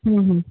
হুম হুম